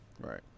Right